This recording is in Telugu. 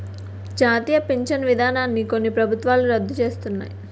జాతీయ పించను విధానాన్ని కొన్ని ప్రభుత్వాలు రద్దు సేస్తన్నాయి